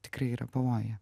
tikrai yra pavojuje